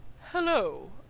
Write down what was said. Hello